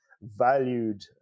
valued